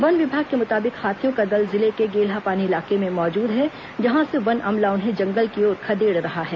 one विभाग के मृताबिक हाथियों का दल जिले के गेल्हापानी इलाके में मौजूद है जहां से वन अमला उन्हें जंगल की ओर खदेड़ रहा है